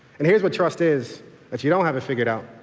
and here's what trust is that you don't have it figured out.